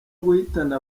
guhitana